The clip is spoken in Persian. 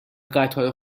قطار